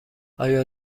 آیا